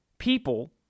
people